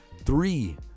three